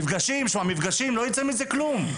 מפגשים, לא ייצא מזה כלום.